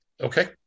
Okay